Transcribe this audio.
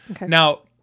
Now